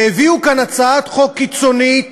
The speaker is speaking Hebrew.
והביאו כאן הצעת חוק קיצונית